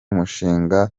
mushinga